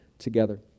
together